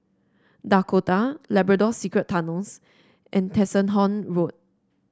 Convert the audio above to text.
Dakota Labrador Secret Tunnels and Tessensohn Road